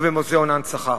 ובמוזיאון ההנצחה.